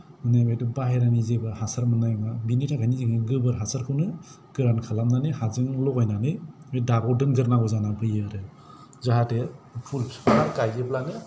बेनिफ्रायथ' बाहेरनिफ्रायथ' जेबो हासार मोननाय नङा बिनि थाखायनो जोङो गोबोर हासारखौनो गोरान खालामनानै हाजों लगायनानै दाबआव दोनगोरनांगौ जानानै फैयो आरो जाहाथे फुल गायोब्लानो